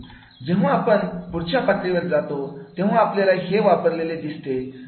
जेव्हा आपण पुढच्या पातळीवरती जातो तेव्हा आपल्याला हे वापरलेले दिसते